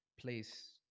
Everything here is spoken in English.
place